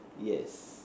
yes